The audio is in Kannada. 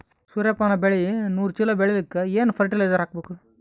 ಸೂರ್ಯಪಾನ ಬೆಳಿ ನೂರು ಚೀಳ ಬೆಳೆಲಿಕ ಏನ ಫರಟಿಲೈಜರ ಹಾಕಬೇಕು?